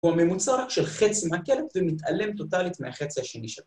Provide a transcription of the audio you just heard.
‫הוא הממוצע של חצי מהקלט ‫ומתעלם טוטאלית מהחצי השני שלו.